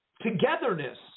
togetherness